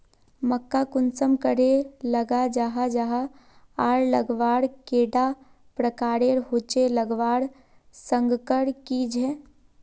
मक्का कुंसम करे लगा जाहा जाहा आर लगवार कैडा प्रकारेर होचे लगवार संगकर की झे?